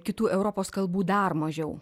kitų europos kalbų dar mažiau